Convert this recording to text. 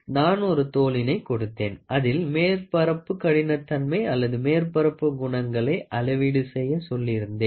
நான் ஒரு தோலினை கொடுத்தேன் அதில் மேற்பரப்பு கடினத்தன்மை அல்லது மேற்பரப்பு குணங்களை அளவீடு செய்ய சொல்லியிருந்தேன்